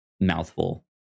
mouthful